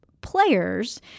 players